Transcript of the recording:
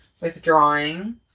withdrawing